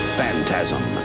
Phantasm